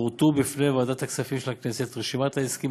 פורטה בפני ועדת הכספים של הכנסת רשימת ההסכמים